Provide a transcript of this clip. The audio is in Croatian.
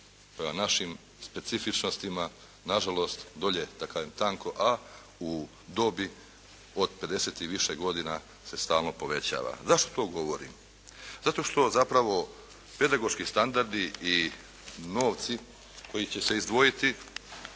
našim specifičnostima, nažalost dolje, da kažem tanko, a u dobi od 50 i više godina se stalno povećava. Zašto to govorim? Zato što, zapravo, pedagoški standardi i novci koji će se izdvojiti